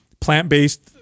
plant-based